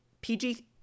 PG